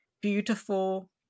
beautiful